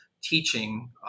teaching